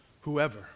Whoever